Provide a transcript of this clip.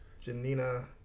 Janina